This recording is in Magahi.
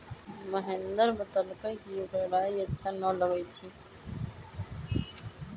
महेंदर बतलकई कि ओकरा राइ अच्छा न लगई छई